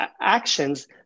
actions